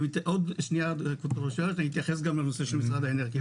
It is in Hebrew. אני אתייחס גם לנושא של משרד האנרגיה.